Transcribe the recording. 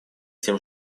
тем